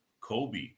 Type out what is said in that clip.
Kobe